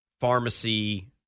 pharmacy